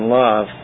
love